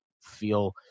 feel